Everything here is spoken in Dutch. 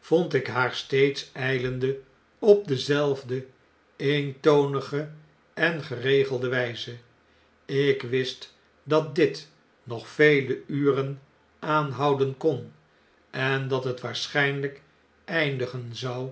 vond ik haar steeds ijlende op dezelfde eentonige en geregelde wijze ik wist dat dit nog vele uren aanhouden kon en dat het waarsch jjnlijk eindigen zou